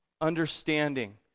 understanding